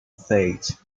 fate